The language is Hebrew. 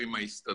השני